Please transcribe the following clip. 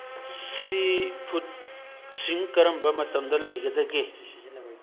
ꯁꯤ ꯐꯨꯠꯁꯤꯡ ꯀꯔꯝꯕ ꯃꯇꯝꯗ ꯂꯩꯒꯗꯒꯦ